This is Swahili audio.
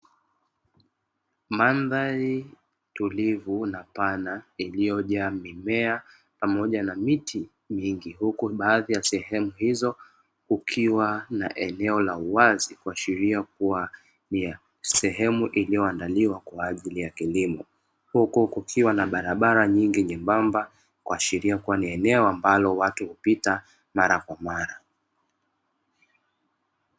Mandhari tulivu na pana iliyoja mimea pamoja na miti mingi huku baadhi ya sehemu hizo kukiwa na eneo la uwazi kuashiria kuwa ni sehemu iliyoandaliwa kwa ajili ya kilimo, huku kukiwa na barabara nyingi nyembamba kuashiria kuwa ni eneo ambalo watu hupita mara kwa mara.